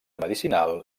medicinal